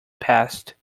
past